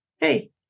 Hey